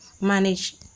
manage